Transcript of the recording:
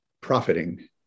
profiting